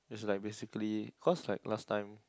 is like basically cause like last time